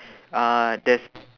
uh there's